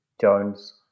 Jones